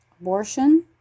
abortion